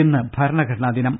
ഇന്ന് ഭരണഘടനാ ദിനം